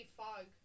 fog